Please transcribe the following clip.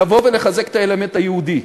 לבוא ולחזק את האלמנט היהודי.